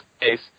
case